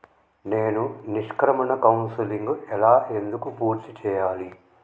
నేను నిష్క్రమణ కౌన్సెలింగ్ ఎలా ఎందుకు పూర్తి చేయాలి?